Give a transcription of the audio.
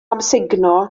amsugno